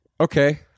okay